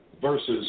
versus